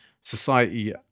society